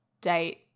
date